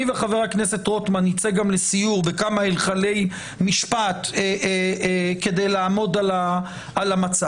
אני וחבר הכנסת רוטמן נצא גם לסיור בכמה היכלי משפט כדי לעמוד על המצב.